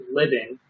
living